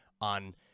on